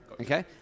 Okay